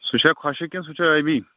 سُہ چھا خۄشک کِنہٕ سُہ چھُ ٲبی